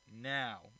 now